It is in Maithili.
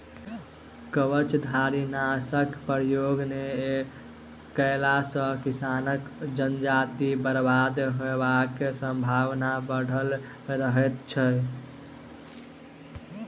कवचधारीनाशकक प्रयोग नै कएला सॅ किसानक जजाति बर्बाद होयबाक संभावना बढ़ल रहैत छै